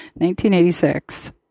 1986